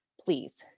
please